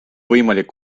võimalik